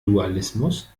dualismus